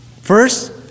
first